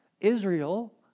Israel